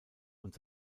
und